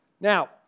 Now